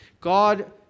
God